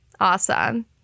awesome